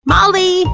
Molly